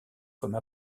comme